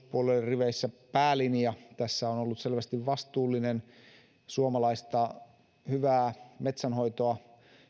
riveissä päälinja tässä on ollut selvästi vastuullinen suomalaista hyvää metsänhoitoa